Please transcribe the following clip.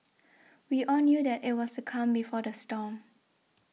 we all knew that it was the calm before the storm